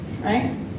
right